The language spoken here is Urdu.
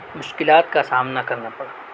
مشکلات کا سامنا کرنا پڑا